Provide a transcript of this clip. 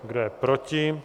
Kdo je proti?